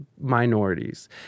minorities